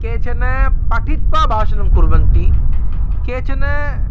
केचन पठित्वा भाषणं कुर्वन्ति केचन